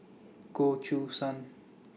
Goh Choo San